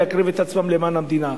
להקריב את עצמם למען המדינה.